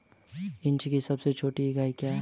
Inch की सबसे छोटी इकाई क्या है?